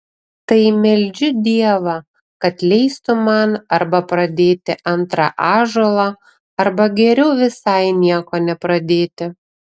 tai meldžiu dievą kad leistų man arba pradėti antrą ąžuolą arba geriau visai nieko nepradėti